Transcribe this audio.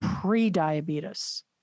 pre-diabetes